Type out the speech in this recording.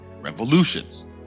revolutions